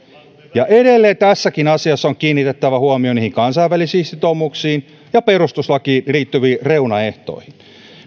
ja edelleen tässäkin asiassa on kiinnitettävä huomio kansainvälisiin sitoumuksiin ja perustuslakiin liittyviin reunaehtoihin